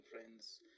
friends